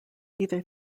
either